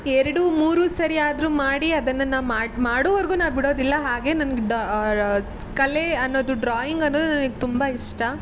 ಎರಡು ಮೂರು ಸರಿಯಾದರು ಮಾಡಿ ಅದನ್ನು ನಾ ಮಾಡ ಮಾಡೋವರೆಗು ನಾ ಬಿಡೋದಿಲ್ಲ ಹಾಗೆ ನನಗೆ ಡಾ ಕಲೆ ಅನ್ನೋದು ಡ್ರಾಯಿಂಗ್ ಅನ್ನೋದು ನನಗೆ ತುಂಬ ಇಷ್ಟ